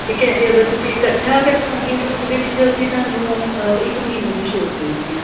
ਠੀਕ ਹੈ ਅਤੇ ਅਗਰ ਤੁਸੀਂ ਇਕੱਠਾ ਕਰਵਾਉਂਦੇ ਹੋ ਤਾਂ ਉਹਦੇ ਵਿੱਚ ਅਸੀਂ ਤੁਹਾਨੂੰ ਇੱਕ ਮਹੀਨੇ ਦੀ ਛੋਟ ਦੇਵਾਂਗੇ